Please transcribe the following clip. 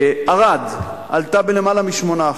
ערד עלתה בלמעלה מ-8%.